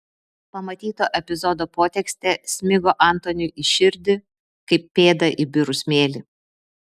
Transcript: pamatyto epizodo potekstė smigo antoniui į širdį kaip pėda į birų smėlį